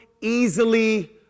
easily